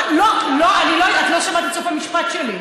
את לא שמעת את סוף המשפט שלי.